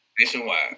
Nationwide